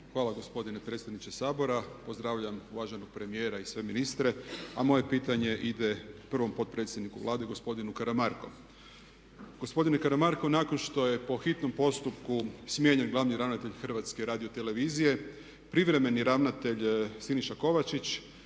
Hvala gospodine predsjedniče Sabora. Pozdravljam uvaženog premijera i sve ministre. Moje pitanje ide prvom potpredsjedniku Vlade gospodinu Karamarku. Gospodine Karamarko nakon što je po hitnom postupku smijenjen glavni ravnatelj HRT-a privremeni ravnatelj Siniša Kovačić